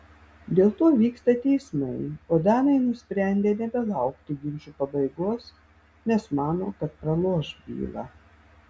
dėl to vyksta teismai o danai nusprendė nebelaukti ginčų pabaigos nes mano kad praloš bylą